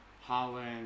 Holland